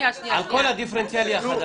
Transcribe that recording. כל הדיפרנציאלי החדש.